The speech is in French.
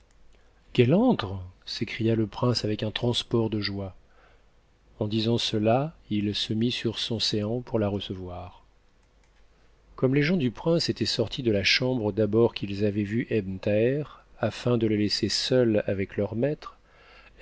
entrer qu'elle entre s'écria le prince avec un transport de joie a en disant cela il se mit sur son séant pour la recevoir comme les gens du prince étaient sortis de la chambre d'abord qu'ils avaient vu ebn thaher afin de le laisser seul avec leur maître